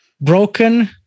Broken